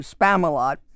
Spamalot